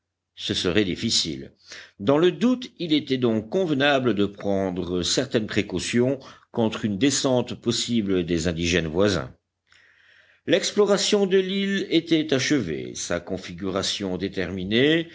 ce serait difficile dans le doute il était donc convenable de prendre certaines précautions contre une descente possible des indigènes voisins l'exploration de l'île était achevée sa configuration déterminée